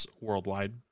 worldwide